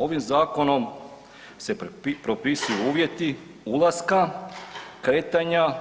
Ovim zakonom se propisuju uvjetu ulaska, kretanja,